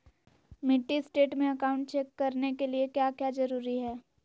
Mini state में account check करने के लिए क्या क्या जरूरी है?